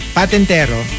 patentero